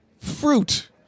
fruit